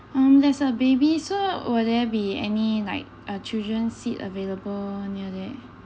um there's a baby so will there be any like uh children seat available near there